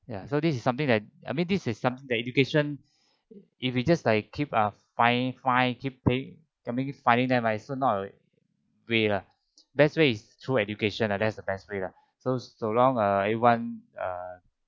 ya so this is something that I mean this is something that education if we just like keep uh fine fine keep pay~ that means fining them ah is also not a way lah best way is through education ah that is the best way lah so so long uh everyone uh